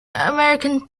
american